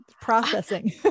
processing